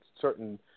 certain